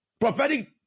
prophetic